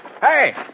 Hey